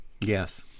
Yes